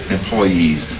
employees